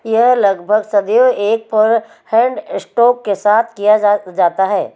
यह लगभग सदैव एक फोर हैंड इश्ट्रोक के साथ किया जाता है